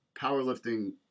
powerlifting